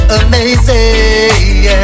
amazing